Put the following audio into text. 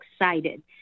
excited